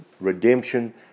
redemption